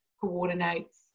coordinates